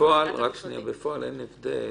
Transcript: בפועל אין הבדל.